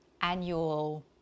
annual